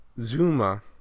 Zuma